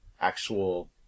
actual